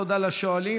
תודה לשואלים.